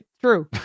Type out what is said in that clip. True